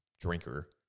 drinker